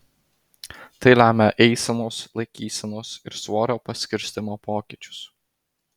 tai lemia eisenos laikysenos ir svorio paskirstymo pokyčius